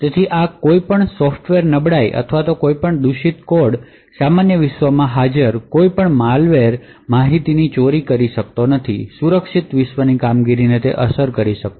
તેથી આ રીતે કોઈ પણ સોફ્ટવેર નબળાઈ અથવા કોઈપણ મેલીશીયસ કોડ સામાન્ય વિશ્વમાં હાજર કોઈપણ માલવેર માહિતીની ચોરી કરી શકતો નથી સુરક્ષિત વિશ્વની કામગીરીને અસર નહીં કરી શકતો